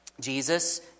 Jesus